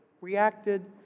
reacted